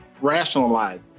rationalize